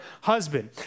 husband